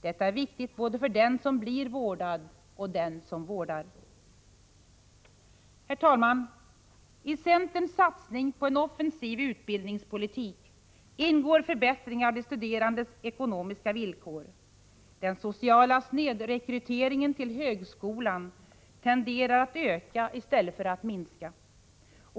Detta är viktigt både för den som blir vårdad och för den som vårdar. Herr talman! I centerns satsning på en offensiv utbildningspolitik ingår förbättringar av de studerandes ekonomiska villkor. Den sociala snedrekryteringen till högskolan tenderar att öka i stället för att minska.